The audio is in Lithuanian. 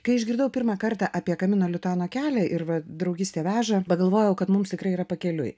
kai išgirdau pirmą kartą apie kamino lituano kelią ir draugystė veža pagalvojau kad mums tikrai yra pakeliui